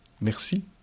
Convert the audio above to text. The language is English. Merci